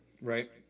Right